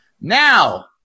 Now